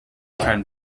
kein